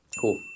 Cool